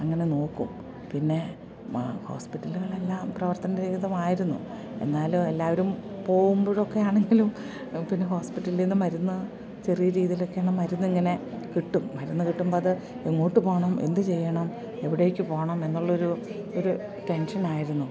അങ്ങനെ നോക്കും പിന്നെ ഹോസ്പിറ്റലുകളെല്ലാം പ്രവർത്തനരഹിതമായിരുന്നു എന്നാലും എല്ലാവരും പോവുമ്പോഴൊക്കെ ആണെങ്കിലും പിന്നെ ഹോസ്പിറ്റലിൽ നിന്ന് മരുന്ന് ചെറിയ രീതിയിലൊക്കെയുള്ള മരുന്നിങ്ങനെ കിട്ടും മരുന്ന് കിട്ടുമ്പോൾ അത് എങ്ങോട്ട് പോകണം എന്തു ചെയ്യണം എവിടേയ്ക്ക് പോകണം എന്നുള്ളൊരു ഒരു ടെൻഷനായിരുന്നു